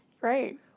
Right